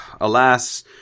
Alas